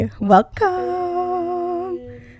Welcome